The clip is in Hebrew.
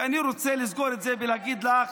ואני רוצה לסגור את זה ולהגיד לך,